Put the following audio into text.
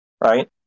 right